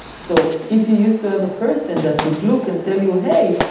so if you used to have a person that would look and tell you, hey,